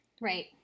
Right